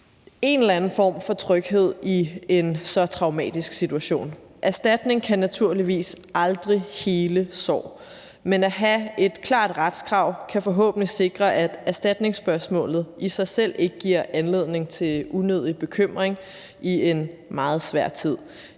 en eller anden form for tryghed i en så traumatisk situation. Erstatning kan naturligvis aldrig hele sår, men at have et klart retskrav kan forhåbentlig sikre, at erstatningsspørgsmålet i sig selv ikke giver anledning til unødig bekymring i en meget svær tid.